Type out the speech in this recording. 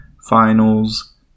finals